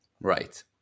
right